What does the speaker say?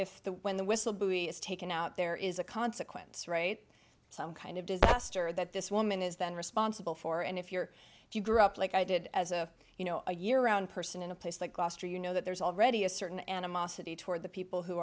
if the when the whistle buoy is taken out there is a consequence right kind of disaster that this woman is then responsible for and if you're if you grew up like i did as a you know a year round person in a place like gloucester you know that there's already a certain animosity toward the people who